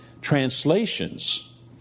translations